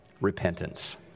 repentance